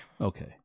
Okay